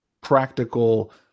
practical